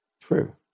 True